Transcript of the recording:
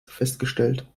festgestellt